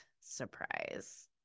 surprise